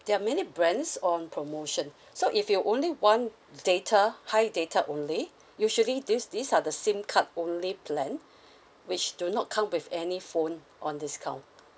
there are many brands on promotion so if you only want data high data only usually these these are the SIM card only plan which do not come with any phone on discount